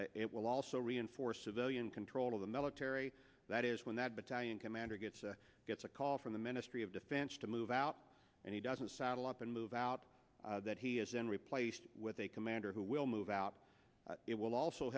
it will also reinforce a billion control of the military that is when that battalion commander gets gets a call from the ministry of defense to move out and he doesn't saddle up and move out that he is then replaced with a commander who will move out it will also